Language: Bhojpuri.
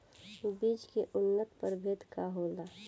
बीज के उन्नत प्रभेद का होला?